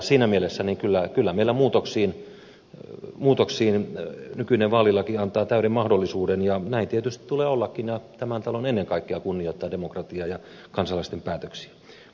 siinä mielessä kyllä meillä muutoksiin nykyinen vaalilaki antaa täyden mahdollisuuden ja näin tietysti tulee ollakin ja tämän talon ennen kaikkea kunnioittaa demokratiaa ja kansalaisten päätöksiä